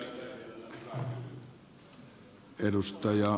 arvoisa puhemies